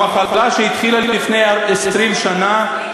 המחלה שהתחילה לפני 20 שנה,